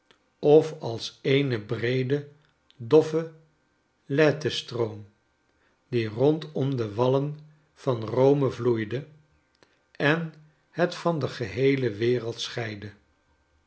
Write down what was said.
of als eene breede doffe lethe stroom die rondom de wallen van rome vloeide en het van de geheele wereld scheidde